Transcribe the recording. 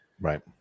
Right